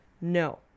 No